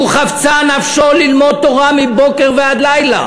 חפצה נפשו ללמוד תורה מבוקר ועד לילה